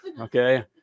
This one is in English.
Okay